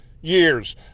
years